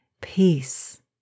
peace